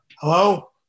hello